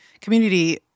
community